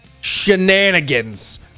shenanigans